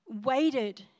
waited